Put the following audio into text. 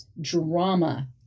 drama